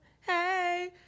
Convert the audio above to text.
Hey